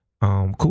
Cool